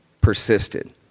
persisted